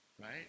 right